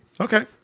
Okay